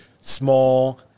small